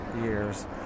years